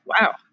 Wow